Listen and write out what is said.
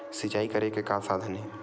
सिंचाई करे के का साधन हे?